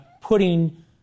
putting